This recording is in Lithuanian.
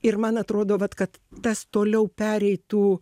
ir man atrodo vat kad tas toliau pereitų